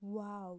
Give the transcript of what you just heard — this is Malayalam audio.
വൗ